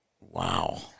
Wow